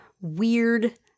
weird